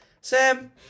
Sam